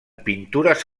pintures